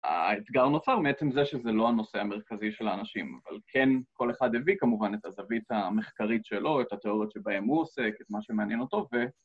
‫האתגר נוצר מעצם זה שזה לא ‫הנושא המרכזי של האנשים, ‫אבל כן, כל אחד הביא כמובן ‫את הזווית המחקרית שלו, ‫את התיאוריות שבהן הוא עוסק, ‫את מה שמעניין אותו, ו...